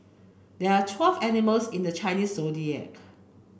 there are twelve animals in the Chinese Zodiac